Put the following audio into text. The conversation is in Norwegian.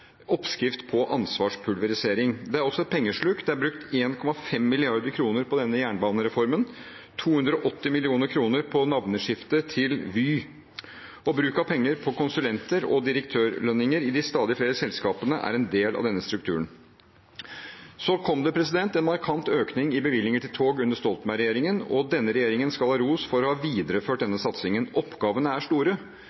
oppskrift på ansvarspulverisering. Det er også et pengesluk. Det er brukt 1,5 mrd. kr på denne jernbanereformen og 280 mill. kr på navneskiftet til Vy, og bruk av penger på konsulenter og direktørlønninger i de stadig flere selskapene er en del av denne strukturen. Det kom en markant økning i bevilgninger til tog under Stoltenberg-regjeringen, og denne regjeringen skal ha ros for å ha videreført